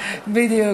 בדיוק.